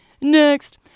Next